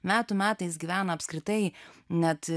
metų metais gyvena apskritai net